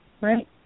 right